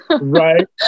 Right